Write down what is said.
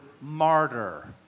martyr